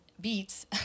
beats